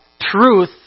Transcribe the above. truth